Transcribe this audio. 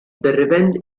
revenge